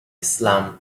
islam